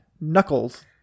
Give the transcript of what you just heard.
knuckles